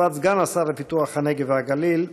תשובת סגן השר לפיתוח הנגב והגליל,